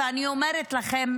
ואני אומרת לכם,